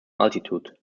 altitude